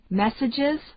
messages